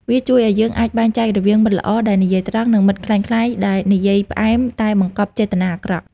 វាជួយឱ្យយើងអាចបែងចែករវាងមិត្តល្អដែលនិយាយត្រង់ និងមិត្តក្លែងក្លាយដែលនិយាយផ្អែមតែបង្កប់ចេតនាអាក្រក់។